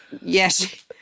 Yes